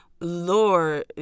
Lord